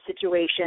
situation